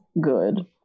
good